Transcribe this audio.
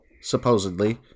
Supposedly